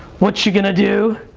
what you gonna do,